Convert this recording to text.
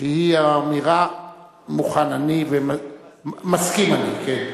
שהיא האמירה "מוכן אני", "מסכים אני".